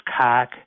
cock